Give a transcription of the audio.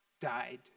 died